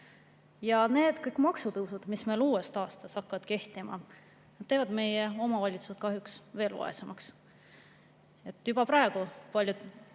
Need maksutõusud, mis meil uuest aastast hakkavad kehtima, teevad meie omavalitsused kahjuks veel vaesemaks. Juba praegu on paljud